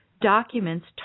documents